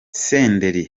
senderi